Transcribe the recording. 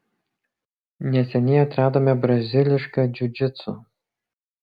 neseniai atradome brazilišką džiudžitsu